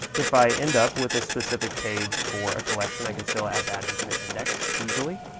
if i end up with a specific page for a collection, i can still add that into the index easily.